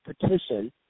petition